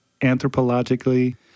anthropologically